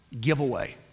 Giveaway